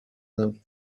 them